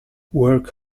work